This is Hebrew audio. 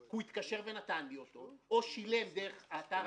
הוא התקשר ונתן אותו או שילם דרך האתר